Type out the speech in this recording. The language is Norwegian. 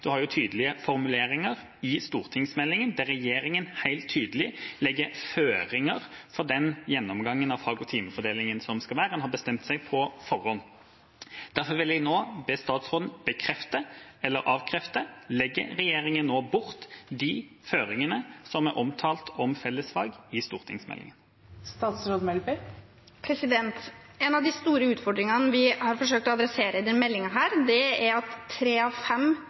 tydelige formuleringer i stortingsmeldinga, der regjeringa helt tydelig legger føringer for den gjennomgangen av fag- og timefordelingen som skal være – en har bestemt seg på forhånd. Derfor vil jeg nå be statsråden bekrefte eller avkrefte. Legger regjeringa nå bort de føringene som er omtalt om fellesfag i stortingsmeldinga? En av de store utfordringene vi har forsøkt å adressere i denne meldingen, er at tre av fem